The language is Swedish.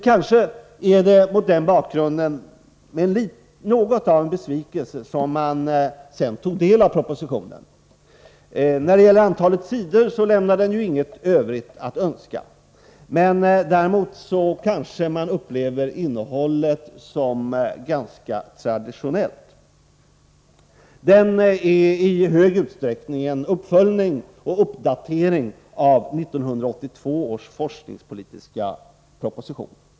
Kanske var det mot den bakgrunden med något av besvikelse som man sedan tog del av propositionen. När det gäller antalet sidor lämnar propositionen inget övrigt att önska, men man kanske upplever innehållet som ganska traditionellt. Propositionen är i stor utsträckning en uppföljning och uppdatering av 1982 års forskningspolitiska proposition.